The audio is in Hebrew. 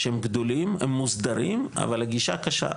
שהם גדולים, הם מוסדרים, אבל הגישה קשה.